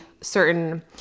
certain